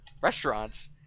restaurants